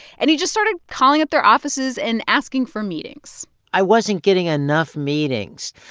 and he just started calling up their offices and asking for meetings i wasn't getting enough meetings.